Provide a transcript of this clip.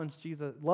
Jesus